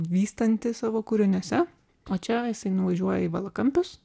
vystantį savo kūriniuose o čia jisai nuvažiuoja į valakampius